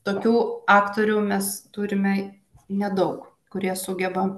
tokių aktorių mes turime nedaug kurie sugeba